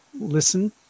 listen